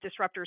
disruptors